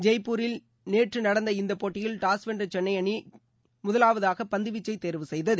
ஜெய்ப்பூரில் நேற்று நடந்த இந்த போட்டியில் டாஸ் வென்ற சென்னை அணி கேப்டன் தோனி முதலாவதாக பந்துவீச்சை தேர்வு செய்தார்